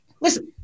Listen